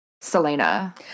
Selena